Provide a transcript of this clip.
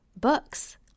books